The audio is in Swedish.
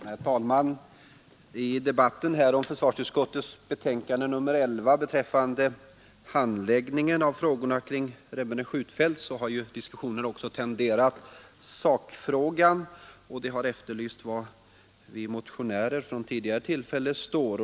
Herr talman! Debatten om försvarsutskottets betänkande nr 11 beträffande handläggningen av frågorna kring Remmene skjutfält har ju också tangerat sakfrågan, och det har efterlysts var vi som tidigare motionerat nu står.